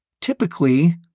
typically